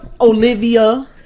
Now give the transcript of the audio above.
olivia